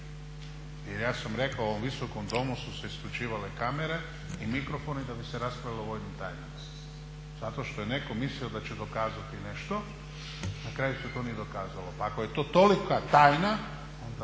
Jer ja sam rekao u ovom Visokom domu su se isključivale kamere i mikrofoni da bi se rasprava … /Govornik udaljen od mikrofona, ne razumije se./ … zato što je netko mislio da će dokazati nešto i na kraju se to nije dokazalo. Pa ako je tolika tajna onda